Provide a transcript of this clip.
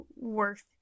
worth